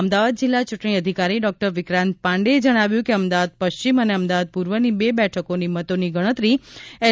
અમદાવાદ જિલ્લા ચૂંટણી અધિકારી ડોક્ટર વિક્રાંત પાંડેએ જણાવ્યું કે અમદાવાદ પશ્ચિમ અને અમદાવાદ પૂર્વની બે બેઠકોની મતોની ગણતરી એલ